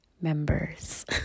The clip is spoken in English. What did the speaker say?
members